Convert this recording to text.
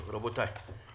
רבותיי,